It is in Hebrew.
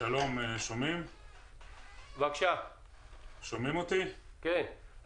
שלום לכולם, אני סמנכ"ל מבצעים בחברת אל-על.